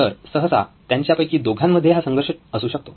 तर सहसा त्यांच्यापैकी दोघांमध्ये हा संघर्ष असू शकतो